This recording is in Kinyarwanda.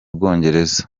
bwongereza